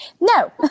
No